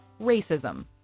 racism